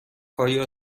آیا